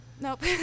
Nope